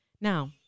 Now